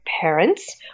parents